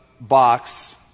box